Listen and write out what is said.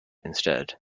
instead